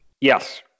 Yes